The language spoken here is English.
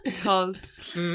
cult